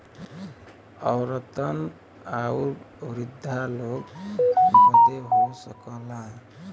औरतन आउर वृद्धा लोग बदे हो सकला